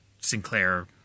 Sinclair